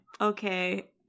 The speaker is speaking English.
Okay